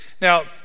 Now